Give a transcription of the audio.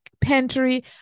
pantry